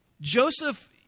Joseph